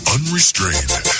Unrestrained